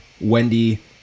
Wendy